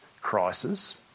crisis